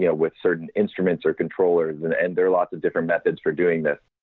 yeah with certain instruments or controllers and and there are lots of different methods for doing this.